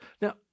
Now